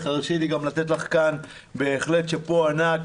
הרשי לי גם לתת לך כאן בהחלט שאפו ענק,